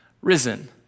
risen